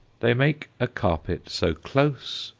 they make a carpet so close,